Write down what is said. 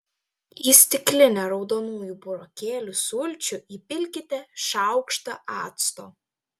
į stiklinę raudonųjų burokėlių sulčių įpilkite šaukštą acto